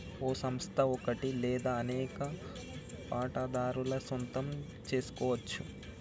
ఓ సంస్థ ఒకటి లేదా అనేక వాటాదారుల సొంతం సెసుకోవచ్చు